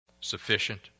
sufficient